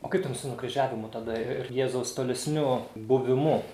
o kaip ten su nukryžiavimu tada ir jėzaus tolesniu buvimu